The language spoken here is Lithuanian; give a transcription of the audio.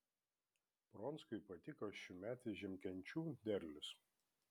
pronckui patiko šiųmetis žiemkenčių derlius